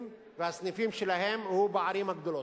והסניפים שלהם הוא בערים הגדולות.